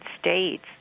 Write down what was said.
states